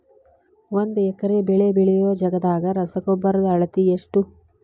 ಒಂದ್ ಎಕರೆ ಬೆಳೆ ಬೆಳಿಯೋ ಜಗದಾಗ ರಸಗೊಬ್ಬರದ ಅಳತಿ ಎಷ್ಟು?